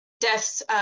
deaths